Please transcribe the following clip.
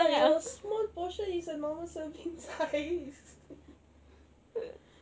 ya your small portion is a normal serving size